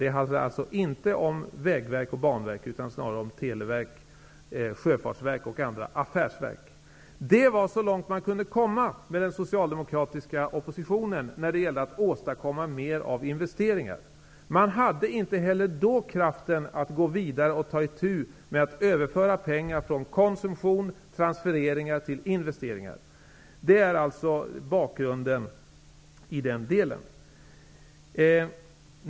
Det handlade alltså inte om Vägverket och Banverket utan snarare om Så långt kunde man komma med den socialdemokratiska oppositionen när det gällde att åstadkomma mer av investeringar. Den hade inte heller då kraften att ta itu med att överföra pengar från konsumtion och transfereringar till investeringar. Det är bakgrunden i den delen.